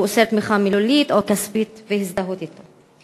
ואוסר תמיכה מילולית או כספית והזדהות אתו.